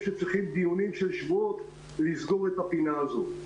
שצריכים דיונים של שבועות לסגור את הפינה הזאת.